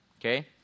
Okay